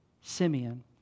Simeon